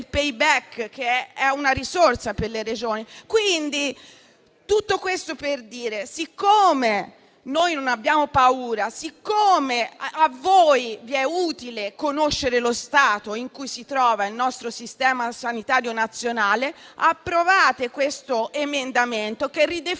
che è una risorsa per le Regioni. Tutto questo per dire che, siccome noi non abbiamo paura e siccome a voi è utile conoscere lo stato in cui si trova il nostro sistema sanitario nazionale, vi invitiamo ad approvare questo emendamento, che ridefinisce